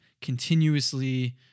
continuously